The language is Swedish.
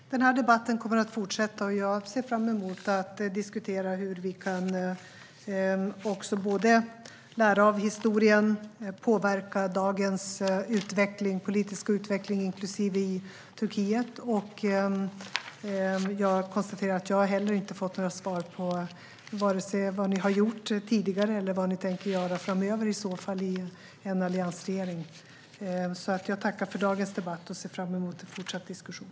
Fru talman! Den här debatten kommer att fortsätta. Jag ser fram emot att diskutera hur vi både kan lära av historien och påverka dagens politiska utveckling också i Turkiet. Jag konstaterar att jag heller inte har fått några svar om vare sig vad ni har gjort tidigare eller vad ni tänker göra framöver i en alliansregering. Jag tackar för dagens debatt och ser fram emot fortsatt diskussion.